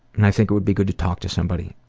and i think it would be goo to talk to somebody